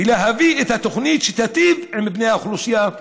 ולהביא את התוכנית שתיטיב עם בני האוכלוסייה,